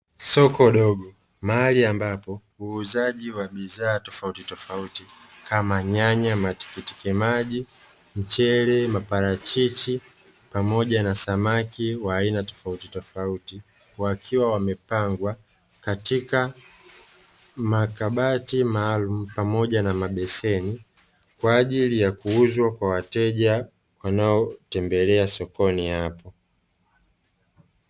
Soko dogo mahali ambapo uuzaji wa bidhaa tofautitofauti kama nyanya, matiki maji, mchele, maparachichi pamoja na samaki wa aina tofautitofauti, wakiwa wamepangwa katika makabati maalumu pamoja na mabeseni kwa ajili ya kuuzwa kwa wateja wanaotembelea sokoni hapo.